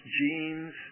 genes